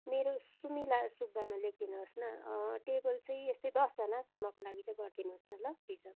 मेरो सुमिला सुब्बामा लेखिदिनु होस् न टेबल चाहिँ यस्तो दसजनासम्मको लागि चाहिँ गरिदिनु होस् न ल रिजर्भ